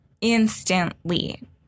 instantly